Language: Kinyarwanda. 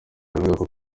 avuga